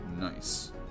nice